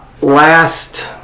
Last